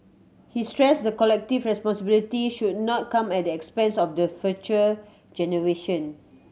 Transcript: he stressed the collective responsibility should not come at the expense of the future generation